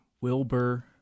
Wilbur